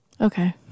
Okay